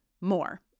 more